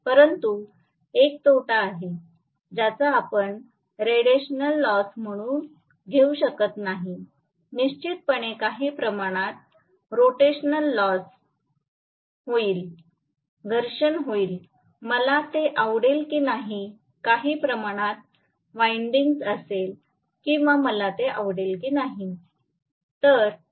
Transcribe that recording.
परंतु एक तोटा आहे ज्याचा आपण रोटेशनल लॉस घेऊ शकत नाही निश्चितपणे काही प्रमाणात रोटेशनल लॉस होईल घर्षण होईल मला ते आवडेल की नाही काही प्रमाणात विंडिज असेल किंवा मला ते आवडेल की नाही